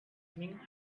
swing